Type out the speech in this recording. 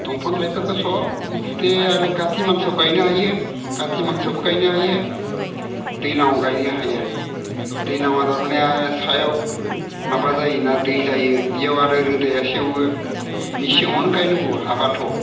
दंफां लाइफांखौ सब मुथथे आरो काथि मासाव गायनो हायो काथि मासआवबो गायनो हायो दैज्लाङाव गायनो हाया दैज्लाङाव थारमाने सायाव माबा जायोना दै जायो बेयाव आरो रोदाया सेवो मेसेङावनो गायनांगौ हाबाथ'